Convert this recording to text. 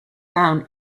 down